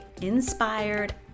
inspired